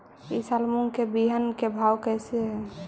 ई साल मूंग के बिहन के भाव कैसे हई?